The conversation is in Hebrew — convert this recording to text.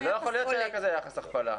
אבל לא יכול להיות שהיה כזה יחס הכפלה.